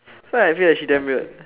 so actually right she damn weird